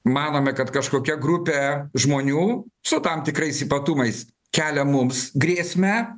manome kad kažkokia grupė žmonių su tam tikrais ypatumais kelia mums grėsmę